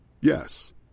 Yes